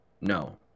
No